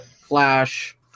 Flash